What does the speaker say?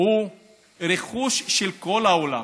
הוא רכוש של כל העולם.